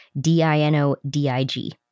D-I-N-O-D-I-G